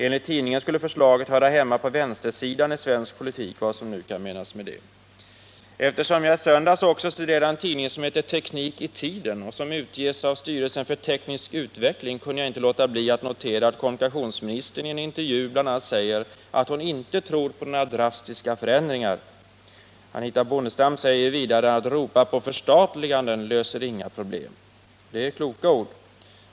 Enligt tidningen skulle förslaget höra hemma på vänstersidan i svensk politik — vad som nu kan menas med det. Eftersom jag i söndags också studerade en tidning som heter Teknik i Tiden och som utges av styrelsen för teknisk utveckling, kunde jag inte låta bli att notera att kommunikationsministern i en intervju bl.a. säger att hon ”inte tror på några drastiska förändringar”. Anitha Bondestam säger vidare: ”Att ropa på förstatliganden löser inga problem.” Det är kloka ord.